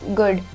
good